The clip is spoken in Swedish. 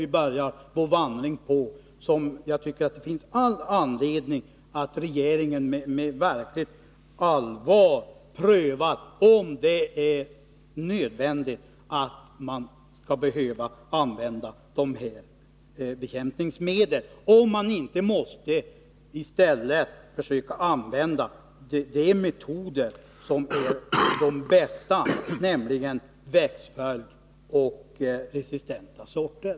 Vi beträder här ett nytt område, och jag tycker därför att regeringen med verkligt allvar bör pröva om det är nödvändigt att använda dessa bekämpningsmedel och om man inte i stället skall använda de metoder som är de bästa, nämligen växtföljd och resistenta sorter.